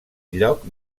lloc